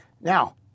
Now